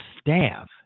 staff